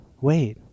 Wait